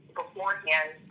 beforehand